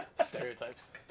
Stereotypes